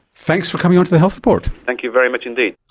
thanks for coming onto the health report. thank you very much indeed.